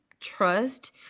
trust